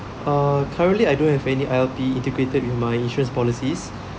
uh currently I don't have any I_L_P integrated with my insurance policies